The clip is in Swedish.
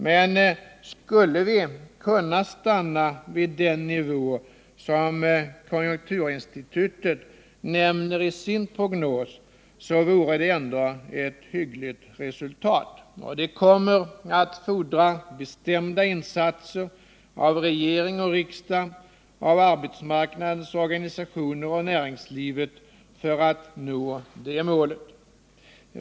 Men stannar de vid den nivå som konjunkturinstitutet nämner i sin prognos så är det ändå ett hyggligt resultat. Det kommer att fordra bestämda insatser av regering och riksdag, av arbetsmarknadens organisationer och näringslivet att nå det målet.